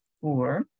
four